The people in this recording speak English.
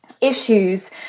issues